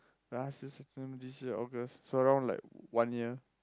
last year September this year August so around like one year